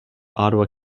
ottawa